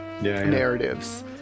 narratives